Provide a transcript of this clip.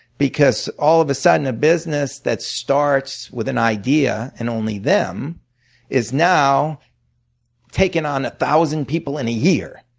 because all of a sudden a business that starts with an idea and only them is now taking on one thousand people in a year.